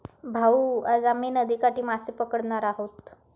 भाऊ, आज आम्ही नदीकाठी मासे पकडणार आहोत